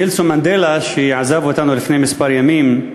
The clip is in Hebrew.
נלסון מנדלה, שעזב אותנו לפני כמה ימים,